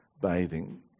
bathing